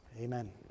amen